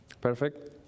Perfect